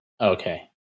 Okay